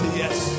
yes